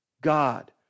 God